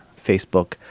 Facebook